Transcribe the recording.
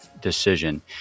decision